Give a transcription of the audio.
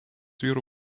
vyrų